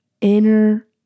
inner